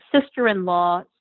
sister-in-law